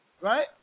right